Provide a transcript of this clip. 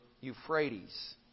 Euphrates